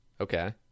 okay